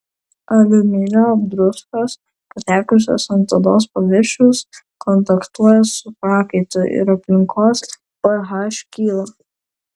aliuminio druskos patekusios ant odos paviršiaus kontaktuoja su prakaitu ir aplinkos ph kyla